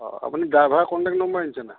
অঁ অঁ আপুনি ড্ৰাইভাৰৰ কণ্টেক্ট নাম্বাৰ আনিছে নাই